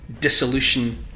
dissolution